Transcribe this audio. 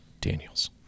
Daniels